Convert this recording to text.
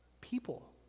People